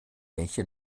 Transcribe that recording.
welche